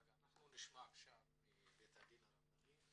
אנחנו נשמע עכשיו מבית הדין הרבני.